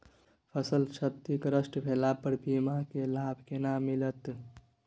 फसल क्षतिग्रस्त भेला पर बीमा के लाभ केना मिलत?